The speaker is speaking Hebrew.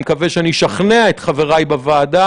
אני מקווה שאני אשכנע את חבריי בוועדה.